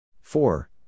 Four